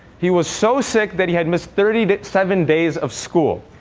he was so sick that he had missed thirty seven days of school.